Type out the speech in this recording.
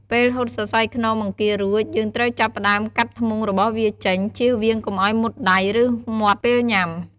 ពេលហូតសរសៃខ្នងបង្គារួច យើងត្រូវចាប់ផ្ដើមកាត់ធ្មុងរបស់វាចេញ ចៀសវាងកុំឱ្យមុតដៃ ឬមាត់ពេលញុំា។